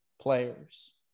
players